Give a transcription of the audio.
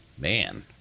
Man